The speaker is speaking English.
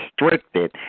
restricted